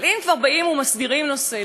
אבל אם כבר מסדירים נושא,